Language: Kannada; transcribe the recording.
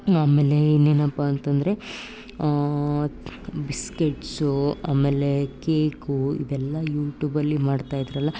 ಆಮೇಲೆ ಇನ್ನೇನಪ್ಪ ಅಂತ ಅಂದ್ರೆ ಬಿಸ್ಕೆಟ್ಸು ಆಮೇಲೆ ಕೇಕು ಇವೆಲ್ಲ ಯೂಟ್ಯೂಬಲ್ಲಿ ಮಾಡ್ತಾಯಿದ್ದರಲ್ಲ